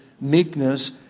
meekness